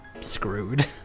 screwed